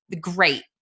great